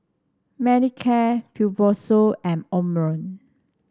Manicare Fibrosol and Omron